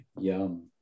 Yum